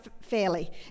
fairly